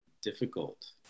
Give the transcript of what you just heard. difficult